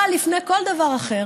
אבל לפני כל דבר אחר,